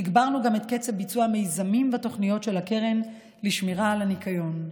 הגברנו גם את קצב ביצוע המיזמים והתוכניות של הקרן לשמירה על הניקיון.